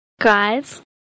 Guys